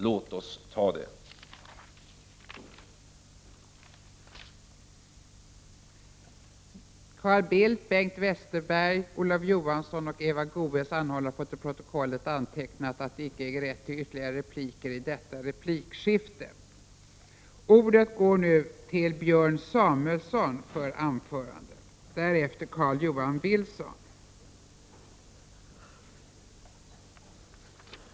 Låt oss ta det steget!